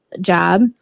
job